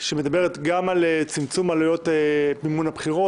שמדברת גם על צמצום עלויות מימון הבחירות,